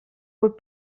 would